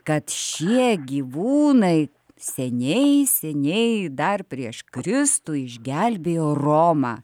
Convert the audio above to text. kad šie gyvūnai seniai seniai dar prieš kristų išgelbėjo romą